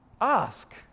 ask